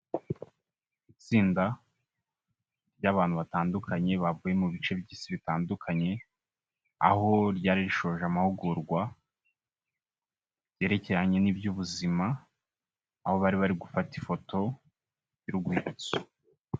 Itsinda ry'abantu batandukanye bavuye mu bice by'isi bitandukanye, aho ryari rishoje amahugurwa byerekeranye n'iby'ubuzima aho bari bari gufata ifoto y'urwibutso.